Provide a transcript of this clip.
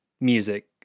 music